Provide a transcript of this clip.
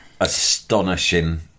Astonishing